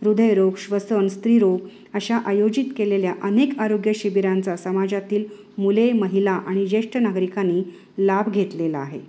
हृदयरोग श्वसन स्त्रीरोग अशा आयोजित केलेल्या अनेक आरोग्यशिबिरांचा समाजातील मुले महिला आणि जेष्ठ नागरिकांनी लाभ घेतलेला आहे